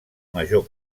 major